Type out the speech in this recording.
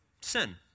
Sin